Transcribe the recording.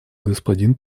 господин